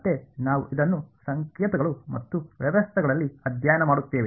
ಮತ್ತೆ ನಾವು ಇದನ್ನು ಸಂಕೇತಗಳು ಮತ್ತು ವ್ಯವಸ್ಥೆಗಳಲ್ಲಿ ಅಧ್ಯಯನ ಮಾಡುತ್ತೇವೆ